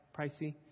pricey